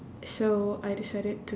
so I decided to